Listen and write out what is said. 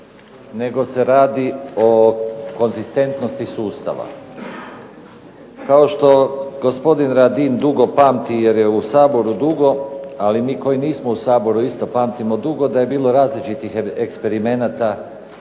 nego se radi o konzistentnosti sustava. Kao što gospodin Radin dugo pamti jer je u Saboru dugo, ali mi koji nismo u Saboru isto pamtimo dugo da je bilo različitih eksperimenata